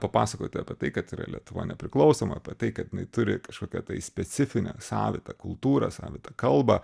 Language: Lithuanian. papasakoti apie tai kad yra lietuva nepriklausoma apie tai kad jinai turi kažkokią tai specifinę savitą kultūrą savitą kalbą